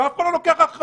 אף אחד לא לוקח אחריות.